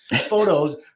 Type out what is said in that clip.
photos